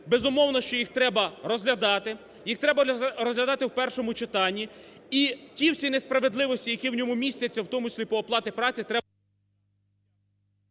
безумовно, що їх треба розглядати, їх треба розглядати в першому читанні і ті всі несправедливості, які в ньому містяться в тому числі по оплаті праці, треба…